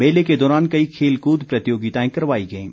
मेले के दौरान कई खेलकूद प्रतियोगिताएं करवाई गईं